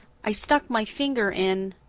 i stuck my finger in.